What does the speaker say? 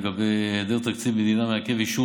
בנושא היעדר תקציב מדינה מעכב את אישור